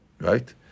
right